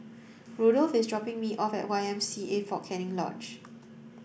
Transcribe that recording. Randolph is dropping me off at Y M C A Fort Canning Lodge